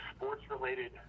sports-related